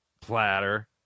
platter